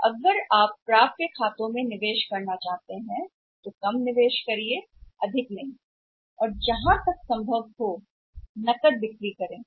इसलिए यदि आपको खातों में निवेश करना है तो प्राप्य न्यूनतम न्यूनतम निवेश करें और अधिकतम नकदी बेचने का प्रयास करें